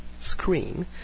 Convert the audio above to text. screen